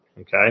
Okay